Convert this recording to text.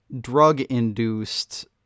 drug-induced